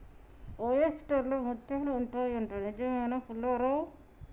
oyster లో ముత్యాలు ఉంటాయి అంట, నిజమేనా పుల్లారావ్